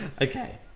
Okay